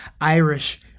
Irish